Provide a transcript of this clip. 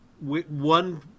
One